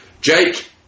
Jake